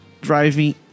driving